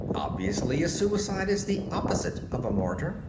obviously a suicide is the opposite of a martyr.